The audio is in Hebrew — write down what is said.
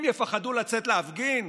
הם יפחדו לצאת להפגין?